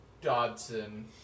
Dodson